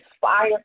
fire